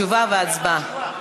תשובה והצבעה.